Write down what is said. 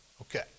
Okay